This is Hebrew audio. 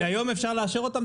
היום אפשר לאשר אותן?